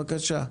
בבקשה.